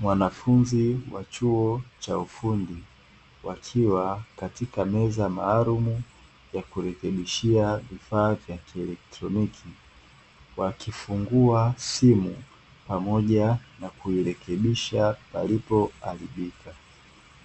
Wanafunzi wa chuo cha ufundi wakiwa katika meza maalumu ya kurekebishia vifaa vya kielektroniki. Wakifungua simu pamoja na kurekebisha palipo haribika.